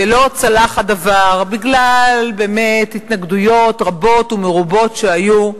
ולא צלח הדבר בגלל התנגדויות רבות ומרובות שהיו.